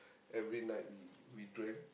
every night we we drank